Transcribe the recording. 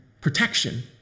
protection